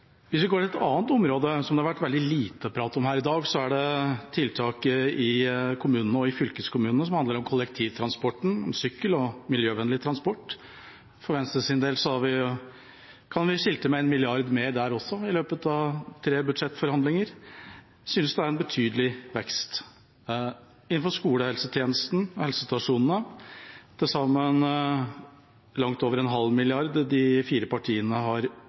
Et annet område som det har vært veldig lite prat om her i dag, er tiltak i kommunene og fylkeskommunene som handler om kollektivtransport, sykkel og miljøvennlig transport. For Venstres del kan vi skilte med 1 mrd. kr mer der også i løpet av tre budsjettforhandlinger. Jeg synes det er en betydelig vekst. Til skolehelsetjenesten og helsestasjonene har de fire partiene økt budsjettet med til sammen langt mer enn ½ mrd. kr – Venstre har